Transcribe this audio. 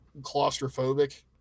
claustrophobic